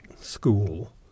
school